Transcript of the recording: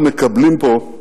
אנחנו מקבלים פה,